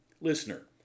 Listener